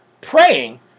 praying